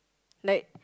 like